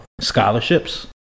scholarships